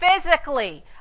physically